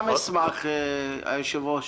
אני גם אשמח, היושב-ראש.